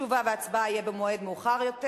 תשובה והצבעה יהיו במועד מאוחר יותר.